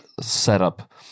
setup